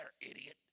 idiot